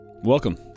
Welcome